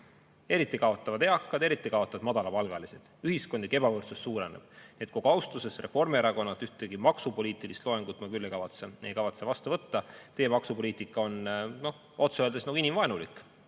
Eriti kaotavad eakad, eriti kaotavad madalapalgalised, ühiskondlik ebavõrdsus suureneb. Kogu austuses, Reformierakonnalt ma ühtegi maksupoliitilist loengut küll ei kavatse [kuulata]. Teie maksupoliitika on otse öeldes inimvaenulik,